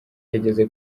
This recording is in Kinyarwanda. yageze